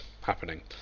happening